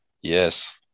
Yes